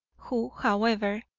who, however,